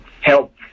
help